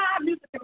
music